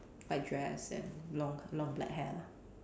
white dress and long long black hair lah